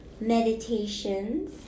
meditations